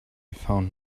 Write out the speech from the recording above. found